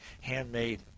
handmade